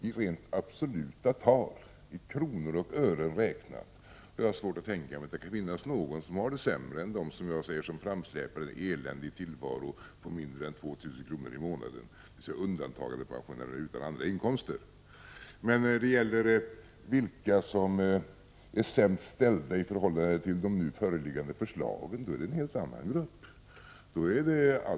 I rent absoluta tal, i kronor och ören räknat, har jag svårt att tänka mig att det finns några som har det sämre än de som — jag brukar säga så — släpar sig fram i en eländig tillvaro på mindre än 2 000 kr. i månaden. Det gäller alltså undantagandepensionärer utan andra inkomster. Men när det gäller vilka som är sämst ställda, om man ser till nu föreliggande förslag, är det en helt annan grupp som kommer i fråga.